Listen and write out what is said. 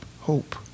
hope